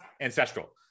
Ancestral